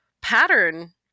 pattern